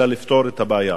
אלא לפתור את הבעיה.